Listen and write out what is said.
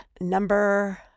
number